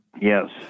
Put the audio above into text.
Yes